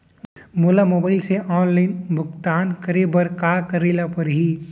मोला मोबाइल से ऑनलाइन भुगतान करे बर का करे बर पड़ही?